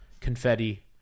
confetti